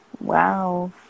Wow